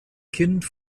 kind